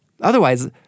Otherwise